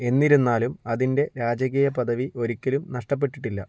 എന്നിരുന്നാലും അതിൻ്റെ രാജകീയ പദവി ഒരിക്കലും നഷ്ടപ്പെട്ടിട്ടില്ല